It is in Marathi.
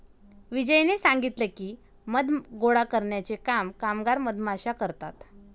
विजयने सांगितले की, मध गोळा करण्याचे काम कामगार मधमाश्या करतात